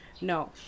no